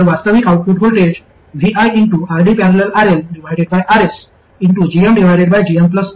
तर वास्तविक output voltage viRD।।RLRsgmgmGs असेल